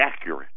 accurate